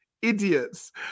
idiots